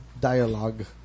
dialogue